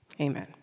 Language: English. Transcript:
amen